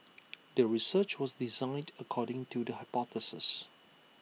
the research was designed according to the hypothesis